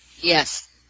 Yes